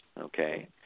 okay